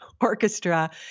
orchestra